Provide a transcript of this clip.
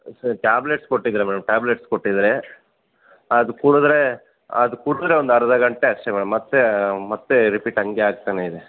tablets ಕೊಟ್ಟಿದ್ದೀರ madam tablets ಕೊಟ್ಟಿದ್ದಾರೆ ಅದು ಕುಡಿದ್ರೆ ಅದು ಕುಡಿದ್ರೆ ಒಂದು ಅರ್ಧ ಗಂಟೆ ಅಷ್ಟೇ ಮೇಡಮ್ ಮತ್ತೆ ಮತ್ತೆ ರಿಪೀಟ್ ಹಂಗೆ ಆಗ್ತಲೇ ಇದೆ